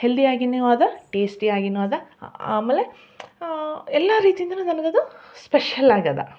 healthy ಆಗಿಯೂ ಅದ tasty ಆಗಿಯೂ ಅದ ಆಮೇಲೆ ಎಲ್ಲ ರೀತಿಯಿಂದಲೂ ನನಗದು ಸ್ಪೆಷಲ್ ಆಗಿದೆ